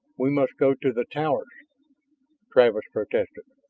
we must go to the towers travis protested.